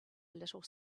little